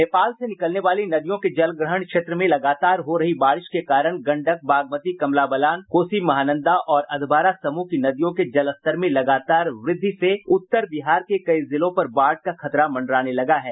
नेपाल से निकलने वाली नदियों के जलग्रहण क्षेत्र में लगातार हो रही बारिश के कारण गंडक बागमती कमला बलान कोसी महानंदा और अधवारा समूह की नदियों के जलस्तर में लगातर वृद्धि से उत्तर बिहार के कई जिलों पर बाढ़ का खतरा मंडराने लगा है